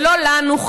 ולא לנו,